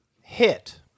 hit